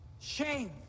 Shame